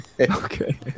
Okay